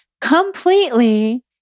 completely